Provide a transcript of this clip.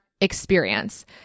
experience